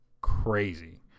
crazy